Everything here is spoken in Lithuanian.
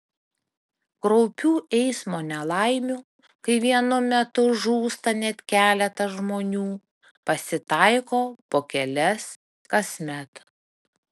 kraupių eismo nelaimių kai vienu metu žūsta net keletas žmonių pasitaiko po kelias kasmet